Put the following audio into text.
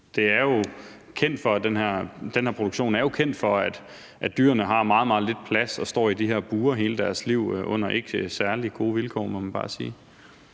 Den her produktion er jo kendt for, at dyrene har meget, meget lidt plads og står i de her bure hele deres liv under ikke særlig gode vilkår,